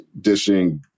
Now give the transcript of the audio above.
dishing